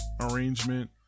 arrangement